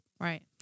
Right